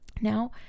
Now